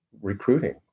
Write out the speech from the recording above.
recruiting